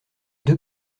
deux